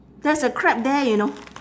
there's a crab there you know